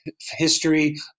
history